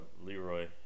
Leroy